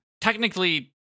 technically